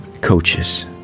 coaches